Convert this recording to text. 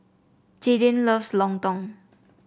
Jaydin loves Lontong